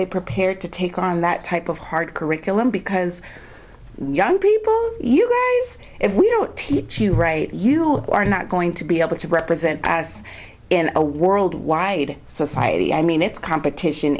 they prepared to take on that type of hard curriculum because young people you raise if we don't teach you right you are not going to be able to represent us in a world wide society i mean it's competition